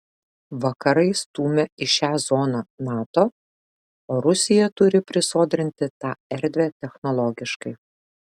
vakarai stumia į šią zoną nato o rusija turi prisodrinti tą erdvę technologiškai